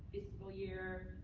fiscal year,